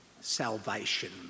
salvation